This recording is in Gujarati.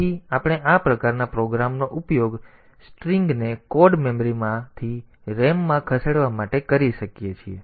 તેથી આપણે આ પ્રકારના પ્રોગ્રામનો ઉપયોગ સ્ટ્રિંગ ને કોડ મેમરીમાંથી RAM માં ખસેડવા માટે કરી શકીએ છીએ